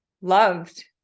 loved